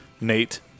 Nate